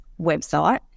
website